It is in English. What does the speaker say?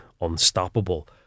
unstoppable